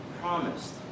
promised